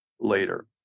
later